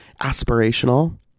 aspirational